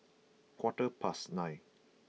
quarter past nine